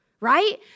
right